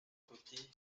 côtés